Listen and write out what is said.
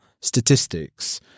statistics